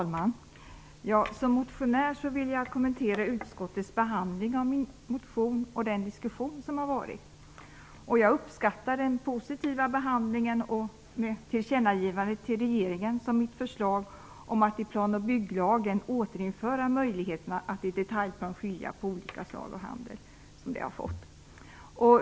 Fru talman! Som motionär vill jag kommentera utskottets behandling av min motion och den diskussion som har varit. Jag uppskattar den positiva behandling, med tillkännagivandet till regeringen, som mitt förslag har fått om att i plan och bygglagen återinföra möjligheterna att i detaljplan skilja på olika slag av handel.